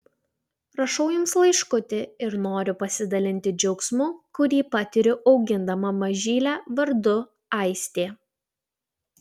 rašau jums laiškutį ir noriu pasidalinti džiaugsmu kurį patiriu augindama mažylę vardu aistė